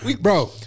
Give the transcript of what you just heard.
Bro